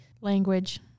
Language